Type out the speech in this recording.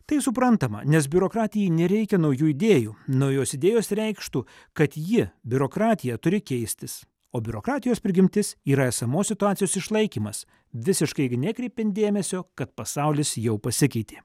tai suprantama nes biurokratijai nereikia naujų idėjų naujos idėjos reikštų kad ji biurokratija turi keistis o biurokratijos prigimtis yra esamos situacijos išlaikymas visiškai nekreipiant dėmesio kad pasaulis jau pasikeitė